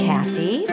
Kathy